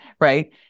right